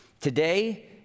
Today